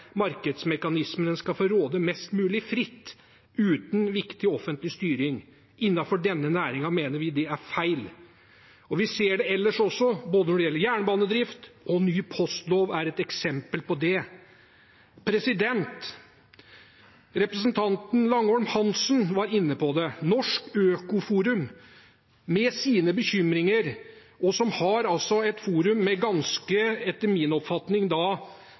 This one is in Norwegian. markedsmekanismene skal få råde mest mulig fritt uten viktig offentlig styring. Innenfor denne næringen mener vi det er feil. Vi ser det ellers også – både jernbanedrift og ny postlov er eksempler på det. Representanten Langholm Hansen var inne på det. Norsk Øko-Forum, med sine bekymringer, er et forum med ganske – etter min oppfatning